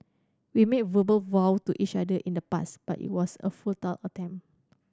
we made verbal vow to each other in the past but it was a futile attempt